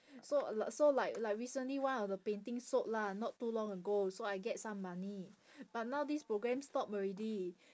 so uh l~ so like like recently one of the paintings sold lah not too long ago so I get some money but now this program stop already